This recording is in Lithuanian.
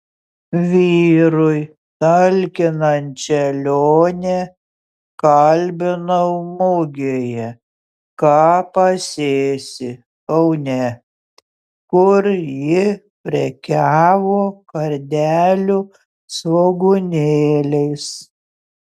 vyrui talkinančią lionę kalbinau mugėje ką pasėsi kaune kur ji prekiavo kardelių svogūnėliais